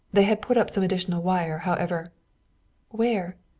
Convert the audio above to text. they had put up some additional wire, however where?